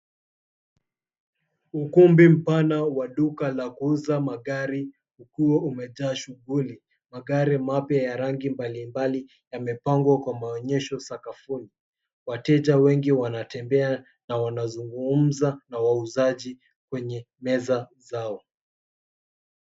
Ukumbi mpana wa duka la kuuza magari ukiwa umejaa shughuli. Magari mapya ya rangi mbalimbali yamepangwa kwa maonyesho sakafuni. Wateja wengi wanatembea na wanazungumza na wauzaji kwenye meza zao.